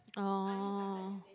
oh